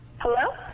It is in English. hello